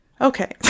Okay